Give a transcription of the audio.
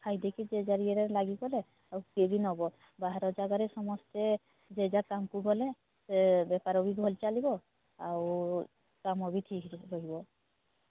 ଖାଇ ଦେଇକି ଯିଏ ଯାହାର ୟେରେ ଲାଗିଗଲେ ଆଉ କିଏ ବି ନେବ ବାହାର ଜାଗାରେ ସମସ୍ତେ ଯିଏ ଯାହା କାମକୁ ଗଲେ ଏ ବେପାର ବି ଭଲ ଚାଲିବ ଆଉ କାମ ବି ଠିକ୍ରେ ହେବ